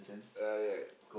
ah right